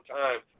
time